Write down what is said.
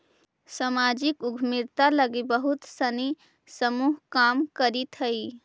सामाजिक उद्यमिता लगी बहुत सानी समूह काम करित हई